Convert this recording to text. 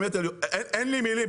באמת אין לי מילים,